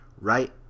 right